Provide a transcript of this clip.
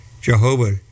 Jehovah